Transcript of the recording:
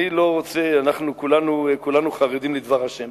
אני לא רוצה, אנחנו כולנו חרדים לדבר השם